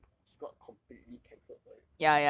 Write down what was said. and she got completely cancelled for it